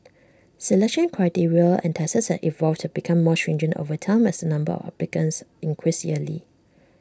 selection criteria and tests have evolved to become more stringent over time as the number of applicants increase yearly